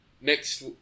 next